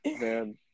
Man